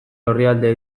orrialde